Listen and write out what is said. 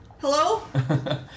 Hello